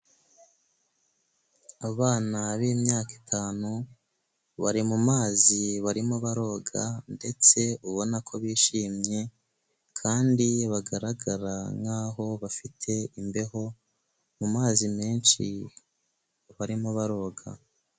Abana b'imyaka itanu bari mu mazi barimo baroga ndetse ubona ko bishimye kandi bagaragara nkaho bafite imbeho, mu mazi menshi barimo baroga.